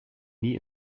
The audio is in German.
nie